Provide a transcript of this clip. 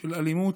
של אלימות,